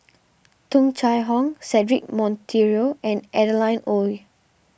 Tung Chye Hong Cedric Monteiro and Adeline Ooi